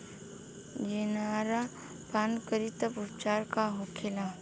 जनेरा पान करी तब उपचार का होखेला?